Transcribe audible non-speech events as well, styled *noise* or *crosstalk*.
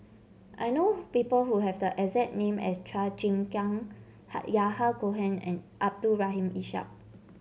I know people who have the exact name as Chua Chim Kang *unintelligible* Yahya Cohen and Abdul Rahim Ishak